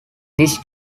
this